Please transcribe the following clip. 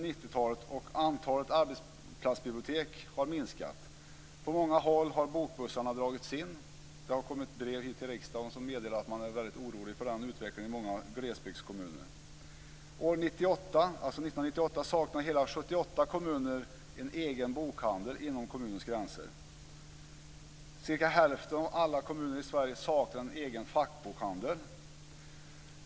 Det har kommit brev hit till riksdagen som meddelat att man är väldigt orolig för den utvecklingen i många glesbygdskommuner. År 1998 saknade hela 78 kommuner en egen bokhandel inom kommunens gränser. Cirka hälften av alla kommuner i Sverige saknar en egen fackbokhandel.